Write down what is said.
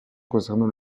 concernant